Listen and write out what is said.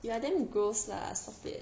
you are damn gross lah stop it